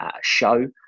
show